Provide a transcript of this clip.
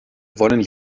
wollen